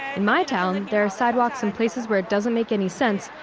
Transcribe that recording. in my town, and there are sidewalks in places where it doesn't make any sense,